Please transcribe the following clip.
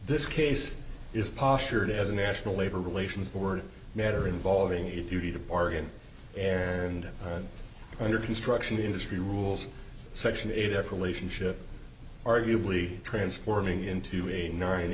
this case is postured as the national labor relations board matter involving a duty to bargain and under construction industry rules section eight f relationship arguably transforming into a min